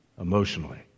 emotionally